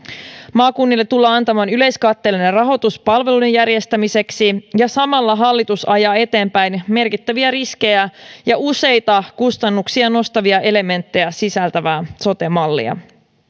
maakunnille tullaan antamaan yleiskatteellinen rahoitus palveluiden järjestämiseksi ja samalla hallitus ajaa eteenpäin merkittäviä riskejä ja useita kustannuksia nostavia elementtejä sisältävää sote mallia